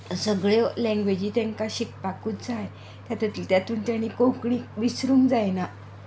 सगळ्यो लेंग्वेजी तेंकां शिकपाकूच जाय तातूंत ताणीं कोंकणी विसरूंक जायना